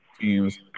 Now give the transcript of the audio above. teams